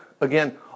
Again